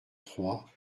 trois